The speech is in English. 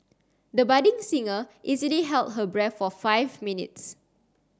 the budding singer easily held her breath for five minutes